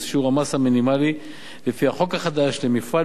המינימלי לפי החוק החדש למפעל מועדף רגיל.